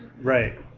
Right